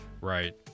Right